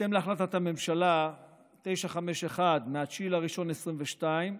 בהתאם להחלטת הממשלה מס' 951 מ-9 בינואר 2022,